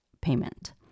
payment